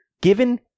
given